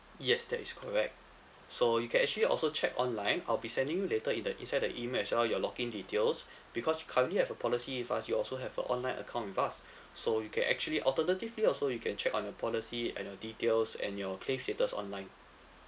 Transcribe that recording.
yes that is correct so you can actually also check online I'll be sending you later in the inside the email as well your login details because currently you have a policy with us you also have a online account with us so you can actually alternatively also you can check on your policy and your details and your claim status online